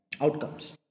outcomes